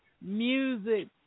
music